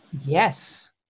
Yes